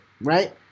right